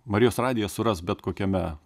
marijos radiją suras bet kokiame